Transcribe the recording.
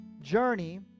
journey